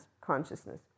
consciousness